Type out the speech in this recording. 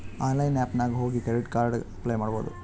online app ನಾಗ್ ಹೋಗಿ credit card ಗ ಅಪ್ಲೈ ಮಾಡ್ಬೋದು